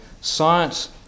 science